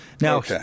Now